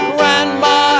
Grandma